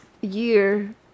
year